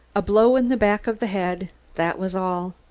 a blow in the back of the head that was all.